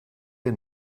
der